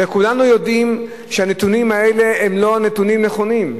וכולנו יודעים שהנתונים האלה הם לא נתונים נכונים.